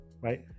right